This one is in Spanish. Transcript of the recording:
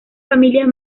familias